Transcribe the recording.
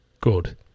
good